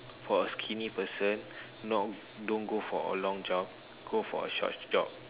for a skinny person not don't go for a long jog go for a short jog